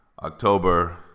October